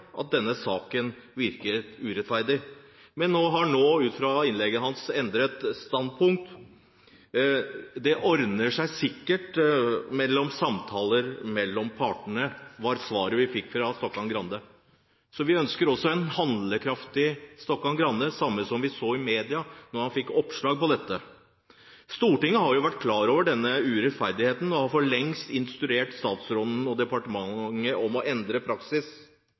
at denne saken virker urettferdig. Men nå har han, ut fra innlegget sitt, endret standpunkt. Det ordner seg sikkert ved samtaler mellom partene, var svaret vi fikk fra Stokkan-Grande. Så vi ønsker oss en handlekraftig Stokkan-Grande, på samme måte som vi så i media da han fikk oppslag om dette. Stortinget har vært klar over denne urettferdigheten og har for lengst instruert statsråden og departementet om å endre praksis.